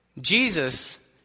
Jesus